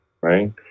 right